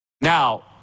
Now